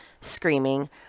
screaming